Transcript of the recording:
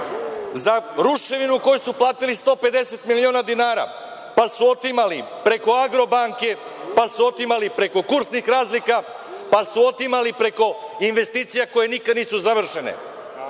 za ruševinu koju su platili 150 miliona dinara, pa su otimali preko „Agrobanke“, pa su otimali preko kursnih razlika, pa su otimali preko investicija koje nikada nisu završene. Ako